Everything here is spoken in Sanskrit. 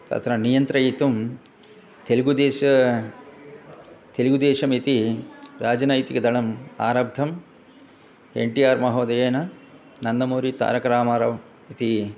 तत्र नियन्त्रयितुं तेलुगुदेशं तेलुगुदेशमिति राजनैतिकदलम् आरब्धम् एन् टि आर् महोदयेन नन्दमूरितारकरामारावः इति